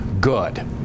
good